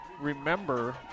remember